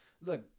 look